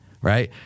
right